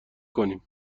کنیم